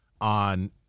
on